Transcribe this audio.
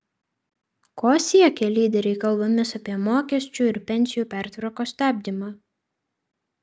ko siekia lyderiai kalbomis apie mokesčių ir pensijų pertvarkos stabdymą